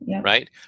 Right